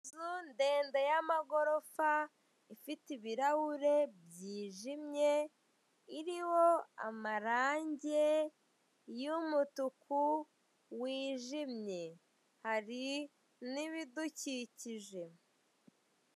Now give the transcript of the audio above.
Inzu ndende y'amagorofa, ifite ibirahure byijimye, iriho amarange y'umutuku wijimwe. Hari n'ibidukikije.